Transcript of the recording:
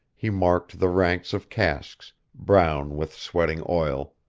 he marked the ranks of casks, brown with sweating oil.